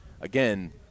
again